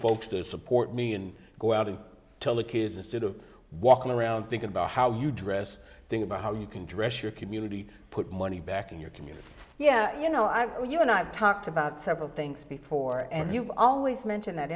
folks to support me and go out and tell the kids instead of walking around think about how you dress think about how you can dress your community put money back in your community yeah you know i want you and i've talked about several things before and you've always mentioned that